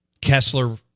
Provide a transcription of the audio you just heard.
Kessler